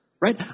right